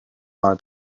mal